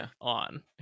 on